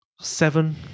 Seven